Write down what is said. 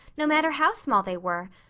no matter how small they were.